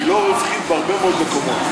היא לא רווחית בהרבה מאוד מקומות.